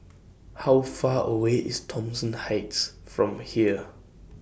How Far away IS Thomson Heights from here